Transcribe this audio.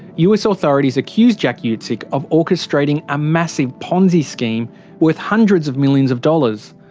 us authorities accuse jack yeah utsick of orchestrating a massive ponzi scheme worth hundreds of millions of dollars.